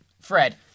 Fred